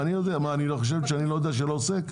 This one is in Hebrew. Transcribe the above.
אני יודע, מה, את חושבת שאני לא יודע שלא עוסק?